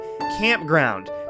campground